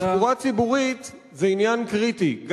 תחבורה ציבורית זה עניין קריטי,